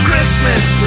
Christmas